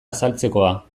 azaltzekoa